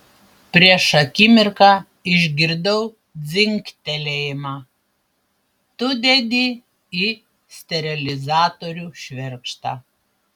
prieš akimirką išgirdau dzingtelėjimą tu dedi į sterilizatorių švirkštą